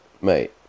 mate